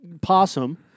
possum